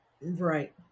Right